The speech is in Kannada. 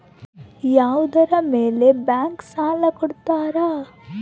ಯಾವುದರ ಮೇಲೆ ಬ್ಯಾಂಕ್ ಸಾಲ ಕೊಡ್ತಾರ?